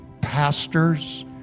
pastors